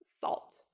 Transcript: salt